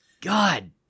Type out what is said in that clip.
god